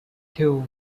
two